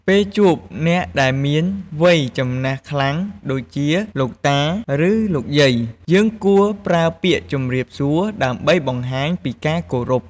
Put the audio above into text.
ពេលជួបអ្នកដែលមានវ័យចំណាស់ខ្លាំង ដូចជា លោកតា ឬ លោកយាយ យើងគួរប្រើពាក្យជម្រាបសួរដើម្បីបង្ហាញពីការគោរព។